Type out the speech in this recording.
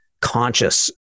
conscious